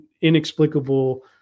inexplicable